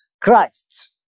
Christ